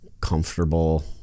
comfortable